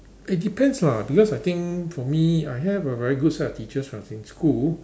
it depends lah because I think for me I have a very good set of teachers from the same school